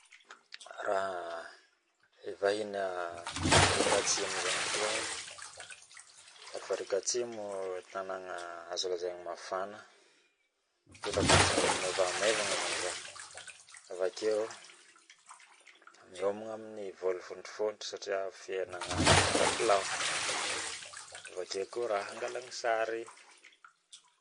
Raha hivahiny afrika atsimo zaigny draiky zaho afrika atsimo tanagna lazaigny mafana mitondra akanjo maivamaivagna zaho avakeo miomagna aminy vila fotrifotry satria fiaianagna agny lafolafo avakeo koa raha angalagna sary